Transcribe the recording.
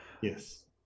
Yes